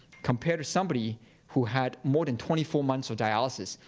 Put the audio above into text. compared to somebody who had more than twenty four months of dialysis.